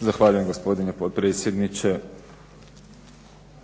Zahvaljujem gospodine potpredsjedniče.